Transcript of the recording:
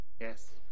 Yes